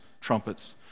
trumpets